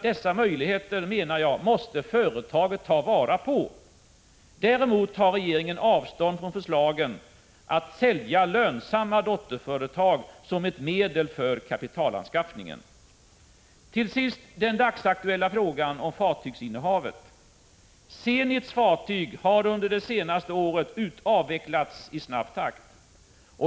Dessa möjligheter måste företaget ta vara på. Däremot tar regeringen avstånd från förslagen att sälja lönsamma dotterföretag som ett medel för kapitalanskaffning. Till sist den dagsaktuella frågan om fartygsinnehavet. Zenits fartyg har under det senaste året avvecklats i snabb takt.